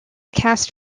cast